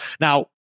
now